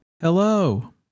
hello